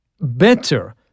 better